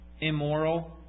immoral